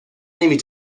نمی